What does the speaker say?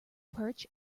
perch